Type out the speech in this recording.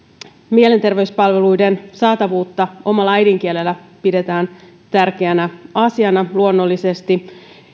mielenterveyspalveluiden saatavuutta omalla äidinkielellä pidetään luonnollisesti tärkeänä asiana